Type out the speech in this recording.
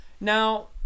Now